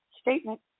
statement